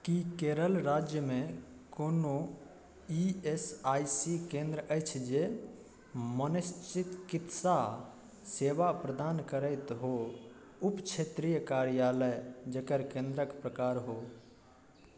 की केरल राज्यमे कोनो E S I C केन्द्र अछि जे मनोचिकित्सा सेवा प्रदान करैत हो उपक्षेत्रीय कार्यालय जकर केन्द्रके प्रकार हो